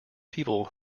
people